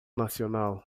nacional